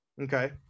Okay